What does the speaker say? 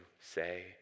say